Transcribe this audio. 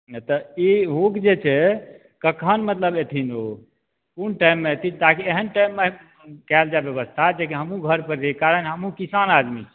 नहि तऽ ई हुक जे छै कखन मतलब एथिन ओ कोन टाइममे एथिन ताकि एहेन टाइममे हम कऽ लेब व्यवस्था जे कि हमहुँ घर पर रही कारण हमहुँ किसान आदमी छी